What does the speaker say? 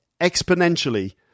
exponentially